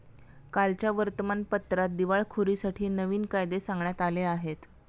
कालच्या वर्तमानपत्रात दिवाळखोरीसाठी नवीन कायदे सांगण्यात आले आहेत